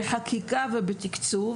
בחקיקה ובתקצוב,